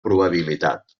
probabilitat